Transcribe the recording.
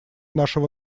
нашего